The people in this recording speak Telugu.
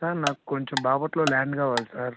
సార్ నాకు కొంచెం బాపట్లలో ల్యాండ్ కావాలి సార్